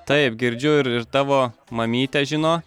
taip girdžiu ir ir tavo mamytė žino